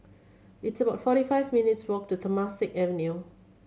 it's about forty five minutes' walk to Temasek Avenue